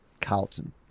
Carlton